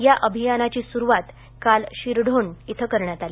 या अभियानाची सुरुवात काल शिरढोण इथं करण्यात आली